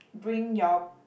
bring your